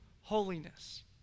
holiness